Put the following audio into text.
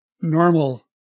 normal